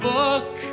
book